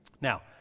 Now